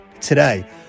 today